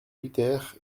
luther